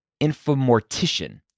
infomortician